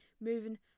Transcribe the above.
moving